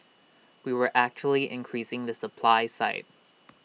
we were actually increasing the supply side